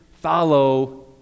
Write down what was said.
follow